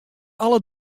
alle